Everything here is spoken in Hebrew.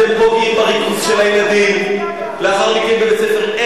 אתם פוגעים בריכוז של הילדים לאחר מכן בבית-ספר.